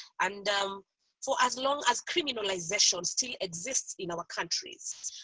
and um so as long as criminalisation still exists in our countries,